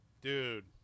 dude